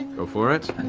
go for it.